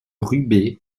rubé